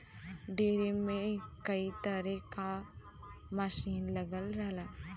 dairy में कई तरे क मसीन लगल रहला